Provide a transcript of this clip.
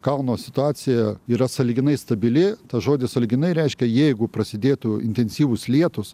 kalno situacija yra sąlyginai stabili tas žodis sąlyginai reiškia jeigu prasidėtų intensyvūs lietūs